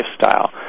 lifestyle